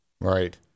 Right